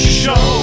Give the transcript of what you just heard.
show